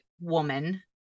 woman